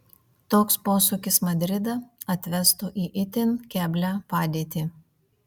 toks posūkis madridą atvestų į itin keblią padėtį